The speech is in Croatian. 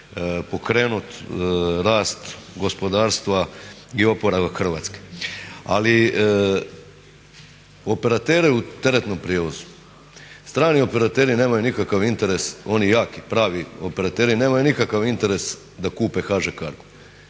pokrenuti rast gospodarstva i oporavak Hrvatske. Ali operatere u teretnom prijevozu, strani operateri nemaju nikakav interes, oni jaki, pravi operateri, nemaju nikakav interes da kupe HŽ CARGO.